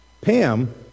Pam